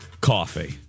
coffee